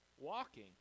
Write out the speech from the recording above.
walking